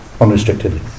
unrestrictedly